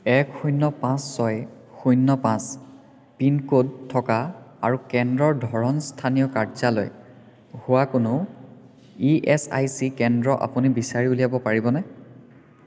এক শূন্য পাঁচ ছয় শূন্য পাঁচ পিনক'ড থকা আৰু কেন্দ্ৰৰ ধৰণ স্থানীয় কাৰ্যালয় হোৱা কোনো ই এচ আই চি কেন্দ্ৰ আপুনি বিচাৰি উলিয়াব পাৰিবনে